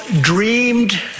dreamed